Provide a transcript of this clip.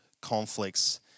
conflicts